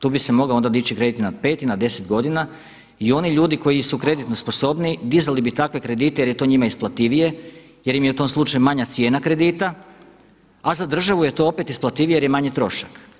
Tu bi se onda mogao dići kredit i na pet i na deset godina i oni ljudi koji su kreditno sposobniji dizali bi takve kredite jer je to njima isplativije, jer im je u tom slučaju manja cijena kredita, a za državu je to opet isplativije jer je manji trošak.